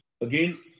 again